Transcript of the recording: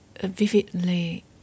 vividly